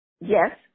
Yes